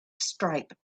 stripe